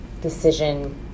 decision